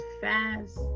fast